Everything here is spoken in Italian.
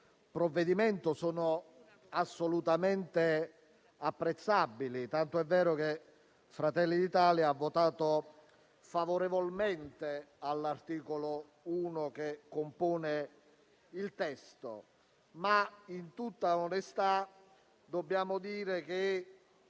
provvedimento sono assolutamente apprezzabili, tanto è vero che Fratelli d'Italia ha votato favorevolmente all'articolo 1 che compone il testo. In tutta onestà, però, dobbiamo dire che